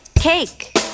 cake